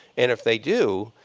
and if they do,